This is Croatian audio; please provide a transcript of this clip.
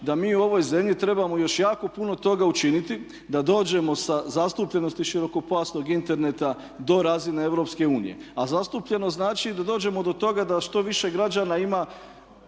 da mi u ovoj zemlji trebamo još jako puno toga učiniti da dođemo sa zastupljenosti širokopojasnog interneta do razine EU. A zastupljenost znači da dođemo do toga da što više građana ima